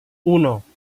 uno